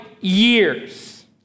Years